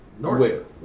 North